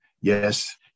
Yes